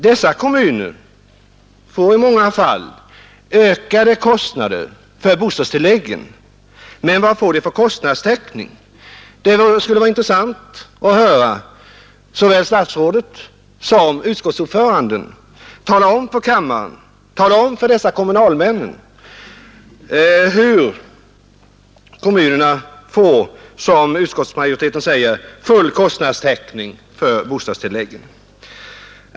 Dessa kommuner får i många fall ökade kostnader för bostadstillägg, men vad får de för kostnadstäckning? Det skulle vara intressant att höra såväl statsrådet som utskottets ordförande tala om för kammaren och för dessa kommunalmän hur kommunerna får, som utskottsmajoriteten säger, full kostnadstäckning för bostadstilläggen.